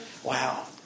Wow